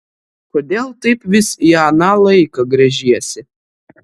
kodėl taip vis į aną laiką gręžiesi